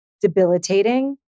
debilitating